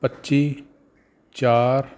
ਪੱਚੀ ਚਾਰ